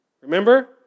Remember